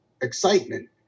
excitement